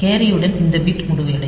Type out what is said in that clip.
கேரியுடன் இந்த பிட் முடிவடையும்